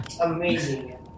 Amazing